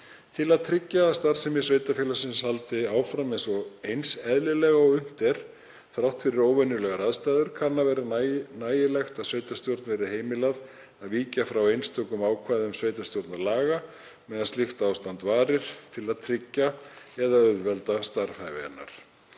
Til að tryggja að starfsemi sveitarfélagsins haldi áfram eins eðlilega og unnt er þrátt fyrir óvenjulegar aðstæður kann að vera nægilegt að sveitarstjórn verði heimilað að víkja frá einstökum ákvæðum sveitarstjórnarlaga meðan slíkt ástand varir til að tryggja eða auðvelda starfhæfi hennar.